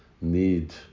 need